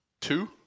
Two